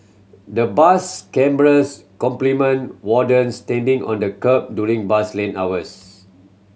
the bus cameras complement wardens standing on the kerb during bus lane hours